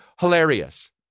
Hilarious